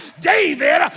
David